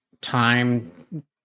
time